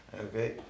okay